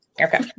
Okay